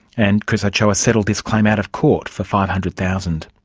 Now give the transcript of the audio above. and chris ochoa settled this claim out of court for five hundred thousand